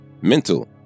mental